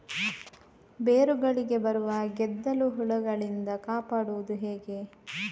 ಬೇರುಗಳಿಗೆ ಬರುವ ಗೆದ್ದಲು ಹುಳಗಳಿಂದ ಕಾಪಾಡುವುದು ಹೇಗೆ?